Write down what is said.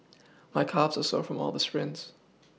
my calves are sore from all the sprints